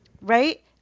Right